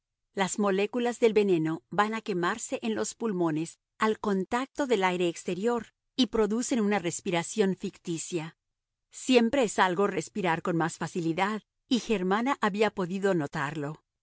las moléculas del veneno van a quemarse en los pulmones al contacto del aire exterior y producen una respiración ficticia siempre es algo respirar con más facilidad y germana había podido notarlo